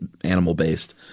animal-based